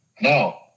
No